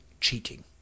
cheating